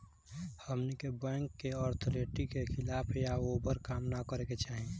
हमनी के bank authority के खिलाफ या ओभर काम न करे के चाही